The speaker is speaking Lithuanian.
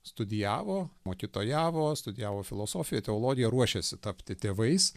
studijavo mokytojavo studijavo filosofiją teologiją ruošėsi tapti tėvais